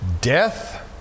death